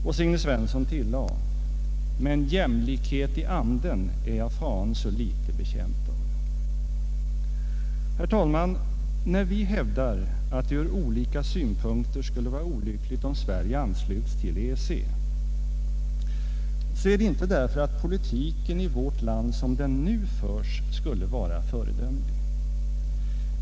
Och Signe Svensson tillade: ”Men jämlikhet i anden är jag fan så litet betjänt av.” När vi hävdar att det från olika synpunkter skulle vara olyckligt om Sverige ansluts till EEC, så är det inte därför att politiken i vårt land som den nu förs skulle vara föredömlig.